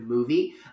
movie